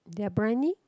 their briyani